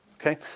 Okay